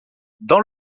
dans